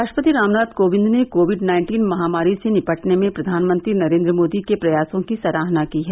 राष्ट्रपति रामनाथ कोविंद ने COVID nineteen महामारी से निपटने में प्रधानमंत्री नरेंद्र मोदी के प्रयासों की सराहना की है